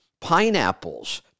Pineapples